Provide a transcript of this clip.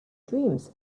dreams